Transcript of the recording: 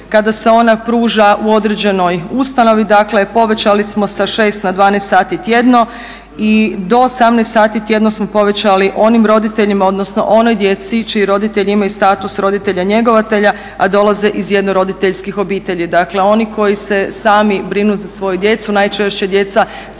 kada se ona pruža u određenoj ustanovi. Dakle, povećali smo sa 6 na 12 sati tjedno i do 18 sati tjedno smo povećali onim roditeljima, odnosno onoj djeci čiji roditelji imaju status roditelja njegovatelja, a dolaze iz jednoroditeljskih obitelji. Dakle, oni koji se sami brinu za svoju djecu najčešće djeca sa